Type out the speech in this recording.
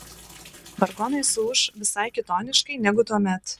vargonai suūš visai kitoniškai negu tuomet